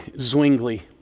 Zwingli